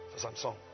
Samsung